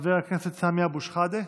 חבר הכנסת סמי אבו שחאדה,